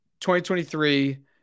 2023